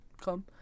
come